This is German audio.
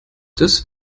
das